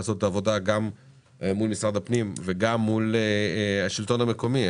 לעשות את העבודה מול משרד הפנים ומול השלטון המקומי.